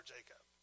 Jacob